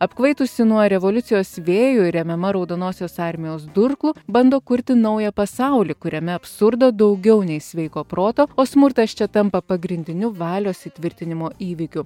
apkvaitusi nuo revoliucijos vėjų remiama raudonosios armijos durklu bando kurti naują pasaulį kuriame absurdo daugiau nei sveiko proto o smurtas čia tampa pagrindiniu valios įtvirtinimo įvykiu